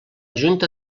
junta